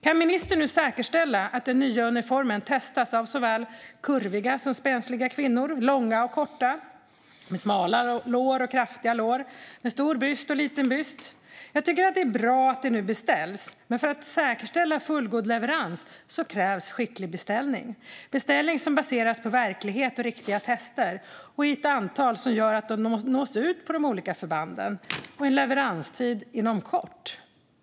Kan ministern nu säkerställa att den nya uniformen testas av såväl kurviga som spensliga kvinnor, av långa och korta kvinnor, av kvinnor med smala lår och kvinnor med kraftiga lår samt av kvinnor med stor byst och kvinnor med liten byst? Jag tycker att det är bra att detta nu beställs, men för att säkerställa fullgod leverans krävs en skicklig beställning. Den ska baseras på verklighet och riktiga tester och göras i ett antal som innebär att materielen når ut på de olika förbanden - samt med leverans inom kort.